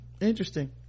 interesting